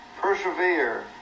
persevere